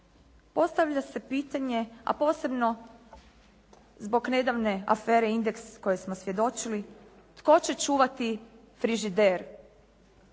Postavlja se pitanje, a posebno zbog nedavne afere “Indeks“ koje smo svjedočili tko će čuvati frižider,